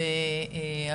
חבל שהיא לא כאן.